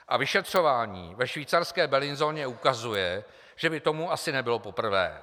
A vyšetřování ve švýcarské Belinzoně ukazuje, že by tomu asi nebylo poprvé.